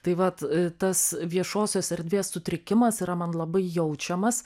tai vat tas viešosios erdvės sutrikimas yra man labai jaučiamas